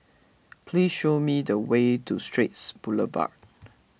please show me the way to Straits Boulevard